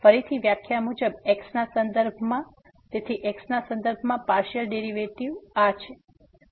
તેથી ફરીથી વ્યાખ્યા મુજબ x ના સંદર્ભમાં તેથી x ના સંદર્ભમાં પાર્સીઅલ ડેરીવેટીવ